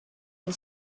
and